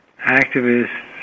activists